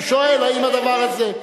הוא שואל האם הדבר הזה,